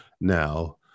now